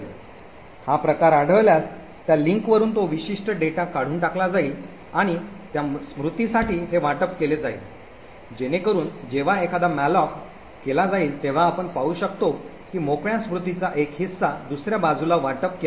हा प्रकार आढळल्यास त्या लिंकवरुन तो विशिष्ट डेटा काढून टाकला जाईल आणि त्या स्मृतीसाठी हे वाटप केले जाईल जेणेकरून जेव्हा एखादा मॅलॉक केला जाईल तेव्हा आपण पाहू शकतो की मोकळ्या स्मृतीचा एक हिस्सा दुसर्या बाजूला वाटप केला जाईल